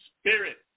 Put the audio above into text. spirit